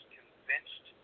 convinced